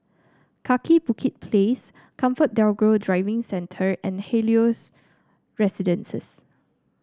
Kaki Bukit Place ComfortDelGro Driving Centre and Helios Residences